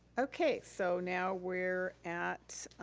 okay, so now we're at